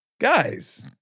Guys